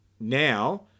now